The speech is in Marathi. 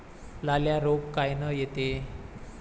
लाल्या रोग कायनं येते?